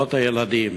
קצבאות הילדים,